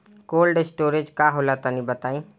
Cold storage का होला तनि बताई?